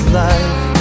life